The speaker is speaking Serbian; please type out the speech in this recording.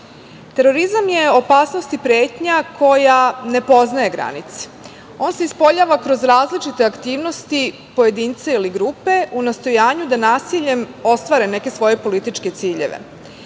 terorizam je opasnost i pretnja koja ne poznaje granice. On se ispoljava kroz različite aktivnosti pojedinca ili grupe u nastojanju da nasiljem ostvare neke svoje političke ciljeve.